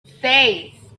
seis